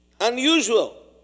unusual